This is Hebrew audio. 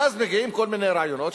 ואז מגיעים כל מיני רעיונות,